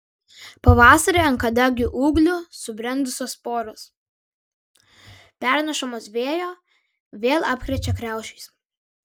pavasarį ant kadagių ūglių subrendusios sporos pernešamos vėjo vėl apkrečia kriaušes